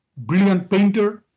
brilliant painter,